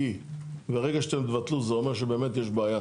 כי ברגע שאתם תבטלו זה אומר שבאמת יש בעיה